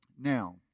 Now